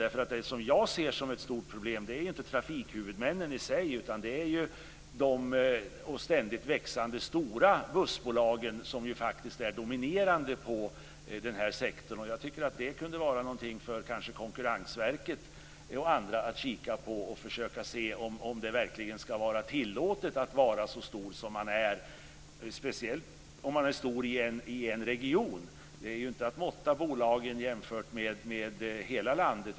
Det som jag ser som ett stort problem är inte trafikhuvudmännen i sig utan de stora, ständigt växande bussbolagen, som faktiskt är dominerande inom sektorn. Jag tycker att det kanske kunde vara någonting för Konkurrensverket och andra att kika på, för att försöka se om det verkligen ska vara tillåtet att vara så stor som man är, speciellt om man är stor i en region. Det går inte att måtta bolagen jämfört med hela landet.